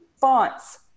fonts